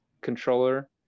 controller